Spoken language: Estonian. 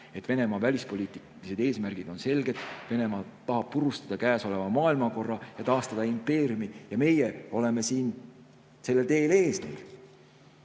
et Venemaa välispoliitilised eesmärgid on selged: Venemaa tahab purustada käesoleva maailmakorra ja taastada impeeriumi ning meie siin oleme sellel